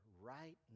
right